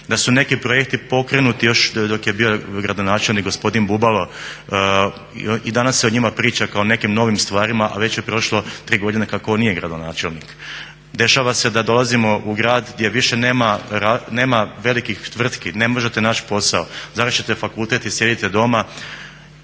da su neki projekti pokrenuti još dok je bio gradonačelnik gospodin Bubalo. I danas se o njima priča kao o nekim novim stvarima a već je prošlo 3 godine kako on nije gradonačelnik. Dešava se da dolazimo u grad gdje više nema veliki tvrtki, ne možete naći posao, završite fakultet i sjedite doma.